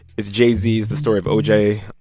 it's jay-z's the story of o j.